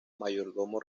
mayordomo